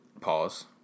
Pause